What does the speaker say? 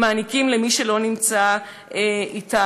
מעניקים למי שלא נמצא אתנו.